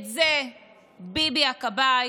את זה ביבי הכבאי